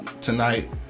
tonight